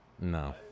No